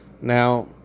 now